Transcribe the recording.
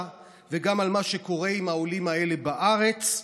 וגם על מה שקורה עם העולים האלה בארץ,